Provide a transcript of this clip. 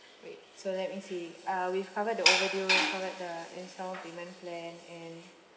wait so let me see uh we've covered the overdue we've covered the instalment payment plan and